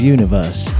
Universe